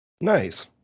Nice